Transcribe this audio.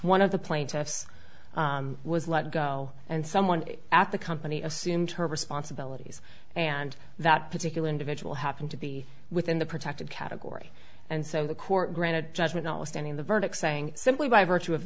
one of the plaintiffs was let go and someone at the company assumed her responsibilities and that particular individual happened to be within the protected category and so the court granted judgment notwithstanding the verdict saying simply by virtue of